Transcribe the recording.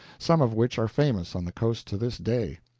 some of which are famous on the coast to this day.